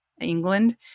England